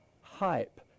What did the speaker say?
hype